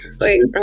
Wait